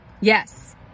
Yes